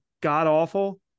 god-awful